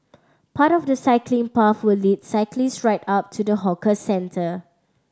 part of the cycling path will lead cyclists right up to the hawker centre